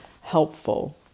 helpful